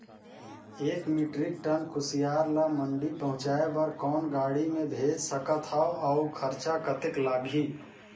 एक metric tonne कुसियार ल मंडी पहुंचाय बर कौन गाड़ी मे भेज सकत हव अउ खरचा कतेक लगही?